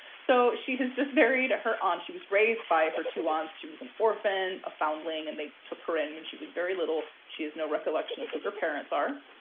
so she has just buried her aunt. she was raised by her two aunts. she was an orphan, a foundling and they took her in when she was very little. she has no recollection of who her parents are.